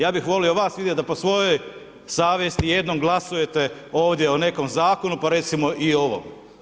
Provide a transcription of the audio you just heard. Ja bih volio vas vidjeti da po svojoj savjesti jednom glasujete ovdje o nekom Zakonu, pa recimo i o ovom.